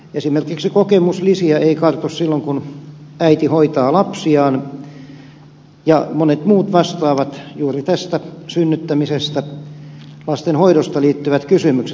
esimerkiksi kokemuslisiä ei kartu silloin kun äiti hoitaa lapsiaan ja syynä ovat myös monet muut vastaavat juuri tähän synnyttämiseen lastenhoitoon liittyvät kysymykset